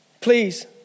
Please